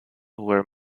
were